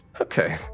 Okay